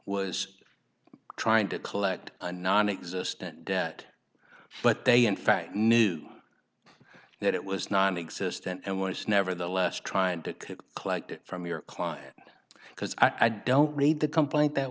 was trying to collect a nonexistent debt but they in fact knew that it was nonexistent and one is nevertheless trying to collect it from your client because i don't read the complaint that